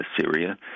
Syria